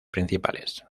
principales